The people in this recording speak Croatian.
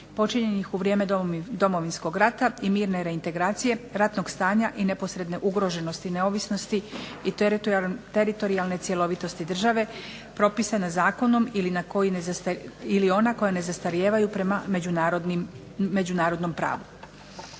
počinjena u vrijeme Domovinskog rata i mirne reintegracije ratnog stanja neposredne ugroženosti neovisnosti teritorijalne cjelovitosti Republike Hrvatske, kaznena djela koja su propisana zakonom i ona koja ne zastarijevaju prema međunarodnom pravu.